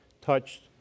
touched